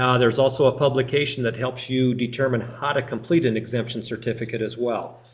ah there's also a publication that helps you determine how to complete an exemption certificate as well.